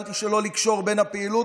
השתדלתי שלא לקשור בין הפעילות.